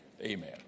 Amen